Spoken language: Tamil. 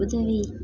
உதவி